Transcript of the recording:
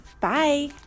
Bye